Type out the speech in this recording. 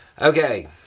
Okay